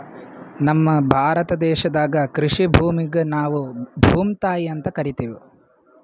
ನಮ್ ಭಾರತ ದೇಶದಾಗ್ ಕೃಷಿ ಭೂಮಿಗ್ ನಾವ್ ಭೂಮ್ತಾಯಿ ಅಂತಾ ಕರಿತಿವ್